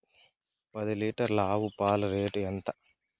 పది లీటర్ల ఆవు పాల రేటు ఎంత?